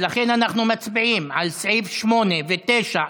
ולכן אנחנו מצביעים על סעיפים 8 ו-9,